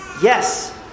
Yes